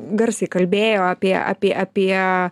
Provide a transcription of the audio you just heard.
garsiai kalbėjo apie apie apie